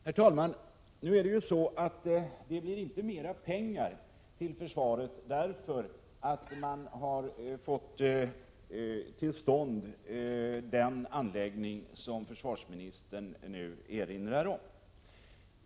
Herr talman! Det blir inte mer pengar till försvaret därför att man har fått till stånd den sensoranläggning som försvarsministern nu erinrar om.